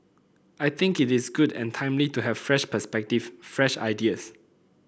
I think it is good and timely to have a fresh perspective fresh ideas